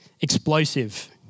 explosive